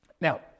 Now